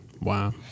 Wow